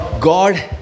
God